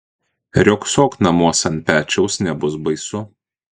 riogsok namuos ant pečiaus nebus baisu